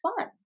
fun